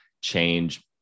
change